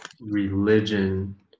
religion